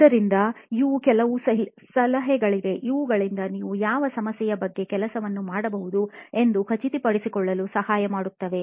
ಆದ್ದರಿಂದ ಇವು ಕೆಲವು ಸಲಹೆಗಳಿವೆ ಇವುಗಳಿಂದ ನೀವು ಯಾವ ಸಮಸ್ಯೆಯ ಬಗ್ಗೆ ಕೆಲಸವನ್ನು ಮಾಡಬಹುದು ಎಂದು ಖಚಿತಪಡಿಸಲು ಸಹಾಯ ಮಾಡುತ್ತವೆ